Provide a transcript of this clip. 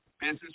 business